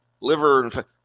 liver